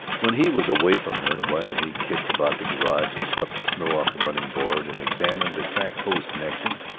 when he was away from her, while he kicked about the garage and swept the snow off the running-board and examined a cracked hose-connection,